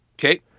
okay